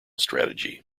strategy